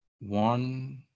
one